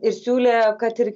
ir siūlė kad ir